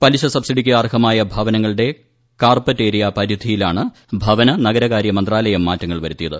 പലിശ സബ്സിഡിയ്ക്ക് അർഹമായ ഭവനങ്ങളുടെ കാർപറ്റ് ഏരിയ പരിധിയിലാണ് ഭവന നഗരകാര്യമന്ത്രാലയം മാറ്റങ്ങൾ വരുത്തിയത്